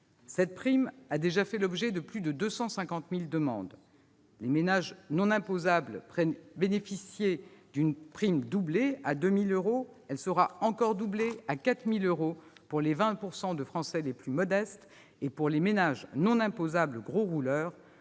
Cette prime a déjà fait l'objet de plus de 250 000 demandes. Les ménages non imposables bénéficiaient déjà d'une prime doublée, à 2 000 euros. Elle sera encore doublée, à 4 000 euros pour les 20 % de Français les plus modestes et pour les ménages non imposables « gros rouleurs